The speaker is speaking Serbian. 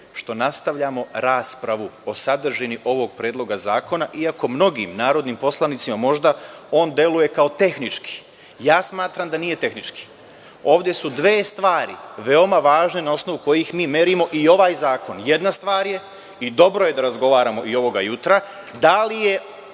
što nastavljamo raspravu o sadržini ovog predloga zakona, iako mnogim narodnim poslanicima možda on deluje kao tehnički. Ja smatram da nije tehnički. Ovde su dve stvari veoma važne na osnovu kojih mi merimo i ovaj zakon. Jedna stvar je, i dobro je da razgovaramo i ovoga jutra, da li je